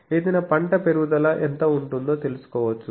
ఏదైనా పంట పెరుగుదల ఎంత ఉంటుందో తెలుసుకోవచ్చు